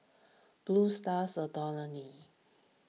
Blue Stars Dormitory